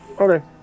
Okay